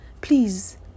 Please